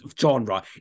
genre